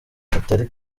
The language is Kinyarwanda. katari